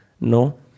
No